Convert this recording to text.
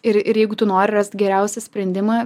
ir ir jeigu tu nori rast geriausią sprendimą